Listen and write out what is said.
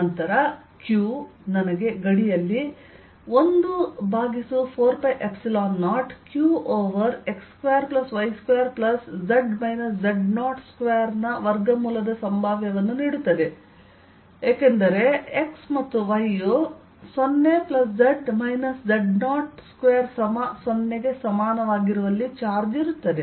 ನಂತರ q ನನಗೆ ಗಡಿಯಲ್ಲಿ14π0 q ಓವರ್ x2y2z z02ರ ವರ್ಗಮೂಲದ ಸಂಭಾವ್ಯವನ್ನು ನೀಡುತ್ತದೆ ಏಕೆಂದರೆ x ಮತ್ತು y ಯು0z z02ಸಮ 0 ಗೆ ಸಮಾನವಾಗಿರುವಲ್ಲಿ ಚಾರ್ಜ್ ಇರುತ್ತದೆ